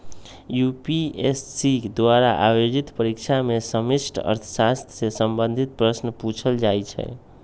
UPSC द्वारा आयोजित परीक्षा में समष्टि अर्थशास्त्र से संबंधित प्रश्न पूछल जाइ छै